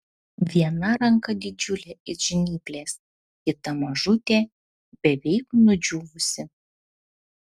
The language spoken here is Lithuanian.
viena ranka didžiulė it žnyplės kita mažutė beveik nudžiūvusi